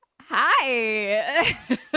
hi